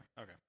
okay